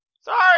Sorry